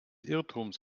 irrtums